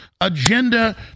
agenda